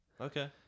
Okay